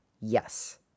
Yes